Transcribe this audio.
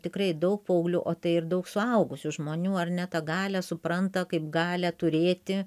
tikrai daug paauglių o tai ir daug suaugusių žmonių ar ne tą galią supranta kaip galią turėti